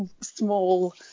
small